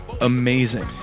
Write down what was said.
amazing